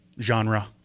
genre